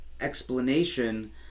explanation